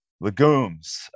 legumes